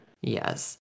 Yes